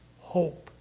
hope